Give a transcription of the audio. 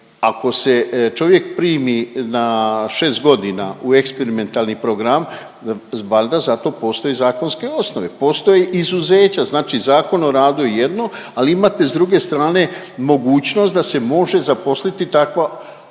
ako se čovjek primi na 6 godina u eksperimentalni program valjda postoje zakonske osnove, postoje izuzeća. Znači Zakon o radu je jedno, ali imate s druge strane mogućnost da se može zaposliti takva, a